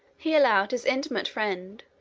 he allowed his intimate friend,